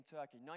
Turkey